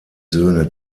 söhne